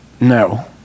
no